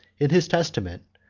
in his testament,